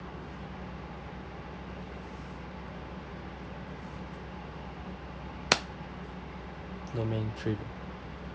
domain three